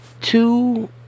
Two